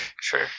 Sure